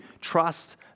trust